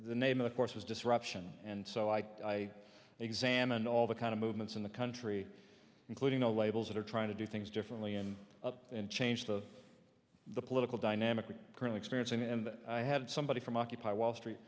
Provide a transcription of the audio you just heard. the name of course was disruption and so i examined all the kind of movements in the country including the labels that are trying to do things differently and up and change the the political dynamic current experience and i had somebody from occupy wall street